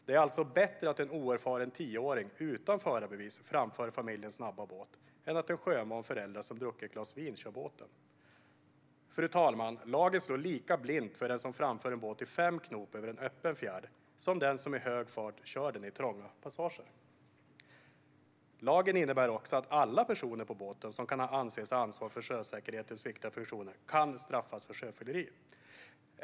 Det är alltså bättre att en oerfaren tioåring utan förarbevis framför familjens snabba båt än att en sjövan förälder som har druckit ett glas vin kör båten. Fru talman! Lagen slår lika blint mot den som framför en båt i fem knop över en öppen fjärd som mot den som i hög fart kör den i trånga passager. Lagen innebär också att alla personer på båten som kan anses ha ansvar för sjösäkerhetens viktiga funktioner kan straffas för sjöfylleri.